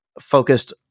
focused